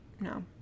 No